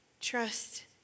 Trust